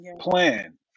Plan